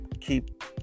keep